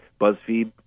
BuzzFeed